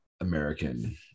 american